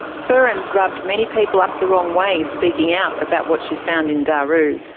furin has rubbed many people up the wrong way speaking out about what she found in daru.